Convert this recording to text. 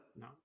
no